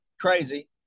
crazy